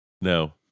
No